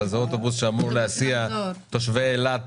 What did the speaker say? אבל זה אוטובוס שאמור להסיע תושבי אילת